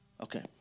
Okay